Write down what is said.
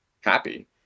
happy